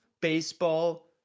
baseball